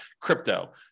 crypto